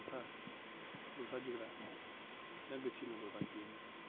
بوٗزتھا بوٗزتھا جٔگرا یہِ نَہ گژھِ نہٕ توٚتانۍ کِہیٖنٛۍ